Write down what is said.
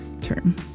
term